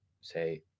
say